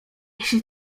jeśli